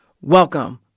Welcome